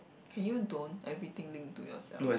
can you don't everything link to yourself